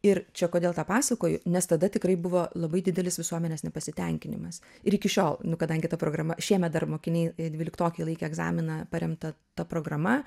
ir čia kodėl tą pasakoju nes tada tikrai buvo labai didelis visuomenės nepasitenkinimas ir iki šiol nu kadangi ta programa šiemet dar mokiniai dvyliktokai laikė egzaminą paremtą ta programa